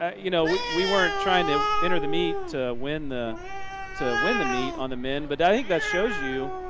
you know we weren't trying to enter the meet to win the to win the meet on the men. but i think that shows you,